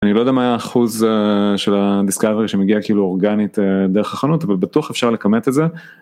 אני לא יודע מה האחוז של הדיסקאבר שמגיע כאילו אורגנית דרך החנות אבל בטוח אפשר לכמת את זה.